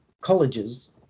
colleges